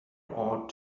ought